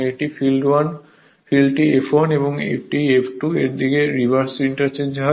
এখানে ফিল্ডটি F1 থেকে F2 এর দিকে রিভার্স ইন্টারচেঞ্জ হয়